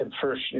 first